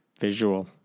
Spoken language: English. visual